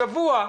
השבוע,